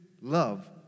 love